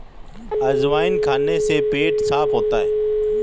अजवाइन खाने से पेट साफ़ होता है